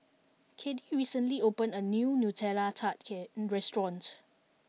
Caddie recently open a new Nutella Tart restaurant